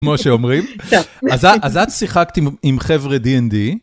כמו שאומרים, אז את שיחקת עם חבר'ה D&D.